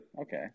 Okay